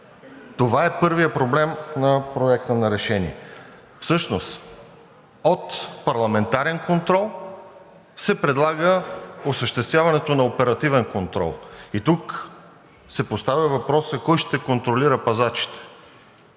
Това е първият проблем на Проекта на решение. Всъщност от парламентарен контрол се предлага осъществяването на оперативен контрол и тук се поставя въпросът: кой ще контролира пазачите